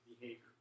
behavior